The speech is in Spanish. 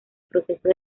proceso